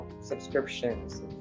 subscriptions